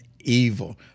evil